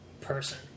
person